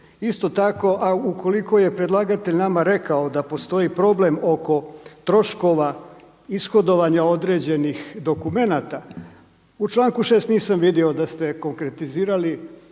Isto tako ukoliko je predlagatelj nama rekao da postoji problem oko troškova ishodovanja određenih dokumenata, u članku 6. nisam vidio da ste konkretizirali